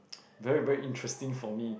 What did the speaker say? very very interesting for me